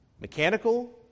mechanical